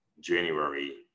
January